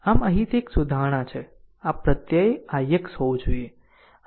આમ અહીં તે એક સુધારણા છે આ પ્રત્યય ix હોવું જોઈએ